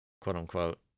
quote-unquote